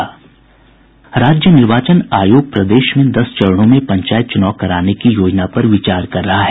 राज्य निर्वाचन आयोग प्रदेश में दस चरणों में पंचायत चुनाव कराने की योजना पर विचार कर रहा है